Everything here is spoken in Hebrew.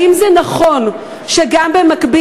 האם זה נכון שבמקביל,